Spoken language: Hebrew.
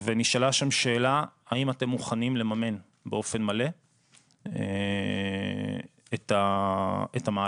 ונשאלה שם שאלה האם אתם מוכנים לממן באופן מלא את המהלך?